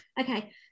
okay